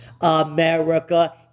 America